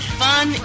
fun